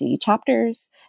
chapters